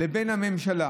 לבין הממשלה